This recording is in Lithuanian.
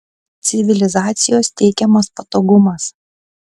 civilizacijos teikiamas patogumas